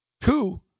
Two